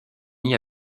nid